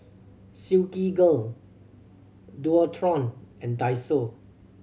Silkygirl Dualtron and Daiso